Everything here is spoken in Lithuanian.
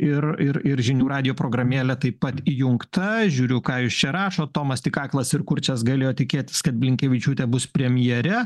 ir ir ir žinių radijo programėlė taip pat įjungta žiūriu ką jūs čia rašot tomas tik aklas ir kurčias galėjo tikėtis kad blinkevičiūtė bus premjere